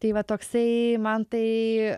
tai va toksai man tai